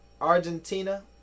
Argentina